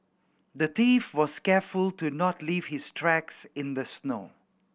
the thief was careful to not leave his tracks in the snow